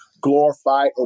glorified